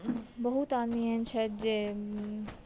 बहुत आदमी एहन छथि जे